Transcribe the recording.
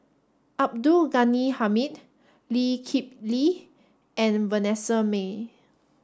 Abdul Ghani Hamid Lee Kip Lee and Vanessa Mae